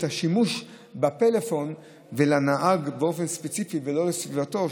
השימוש בפלאפון מנהג באופן ספציפי ולא מסביבתו,